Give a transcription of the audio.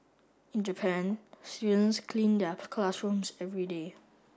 in Japan students clean their classrooms every day